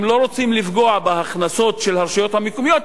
אם לא רוצים לפגוע בהכנסות של הרשויות המקומיות,